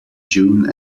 june